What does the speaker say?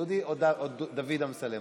דודי או דוד אמסלם?